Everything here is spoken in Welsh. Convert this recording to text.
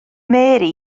mary